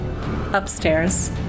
upstairs